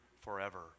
forever